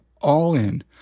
all-in